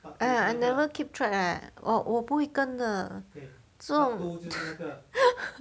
I I never keep track leh 我我不会跟的这种